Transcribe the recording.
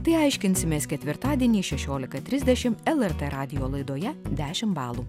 tai aiškinsimės ketvirtadienį šešiolika trisdešimt lrt radijo laidoje dešimt balų